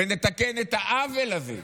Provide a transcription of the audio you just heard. ונתקן את העוול הזה,